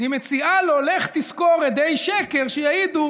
אז היא מציעה לו: לך תשכור עדי שקר שיעידו